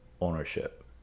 ownership